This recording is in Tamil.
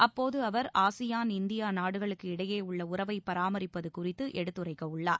அப்போது அவர் ஆசியாள் இந்தியா நாடுகளுக்கு இடையே உள்ள உறவை பராமரிப்பது குறித்து எடுத்துரைக்கவுள்ளார்